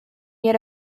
yet